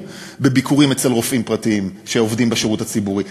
בביקורים אצל רופאים פרטיים שעובדים בשירות הציבורי.